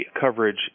coverage